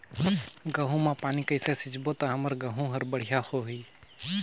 गहूं म पानी कइसे सिंचबो ता हमर गहूं हर बढ़िया होही?